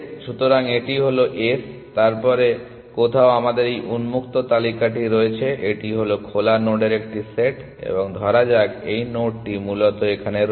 সুতরাং এটি হলো S এবং তারপরে কোথাও আমাদের এই উন্মুক্ত তালিকাটি রয়েছে এটি খোলা নোডের একটি সেট এবং ধরা যাক এই নোডটি মূলত এখানে রয়েছে